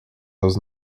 aos